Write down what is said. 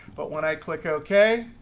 but when i click ok.